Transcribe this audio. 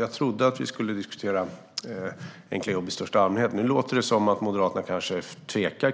Jag trodde att vi skulle diskutera enkla jobb i största allmänhet, men nu låter det som om Moderaterna tvekar